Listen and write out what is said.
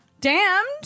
Damned